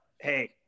Hey